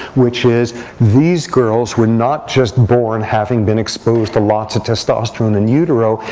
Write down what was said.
which is these girls were not just born having been exposed to lots of testosterone in utero,